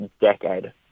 decade